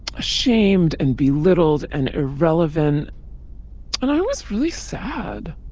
ashamed and belittled and irrelevant and i was really sad.